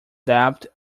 debt